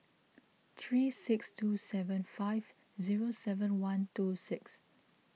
three six two seven five zero seven one two six